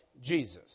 Jesus